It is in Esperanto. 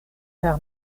per